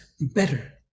better